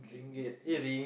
get get